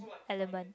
element